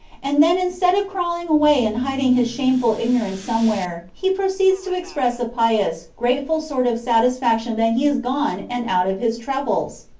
and then, instead of crawling away and hiding his shameful ignorance somewhere, he proceeds to express a pious, grateful sort of satisfaction that he is gone and out of his troubles!